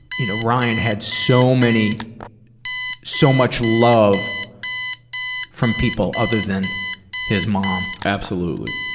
you know, ryan had so many so much love from people other than his mom. absolutely.